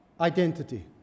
identity